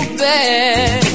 bad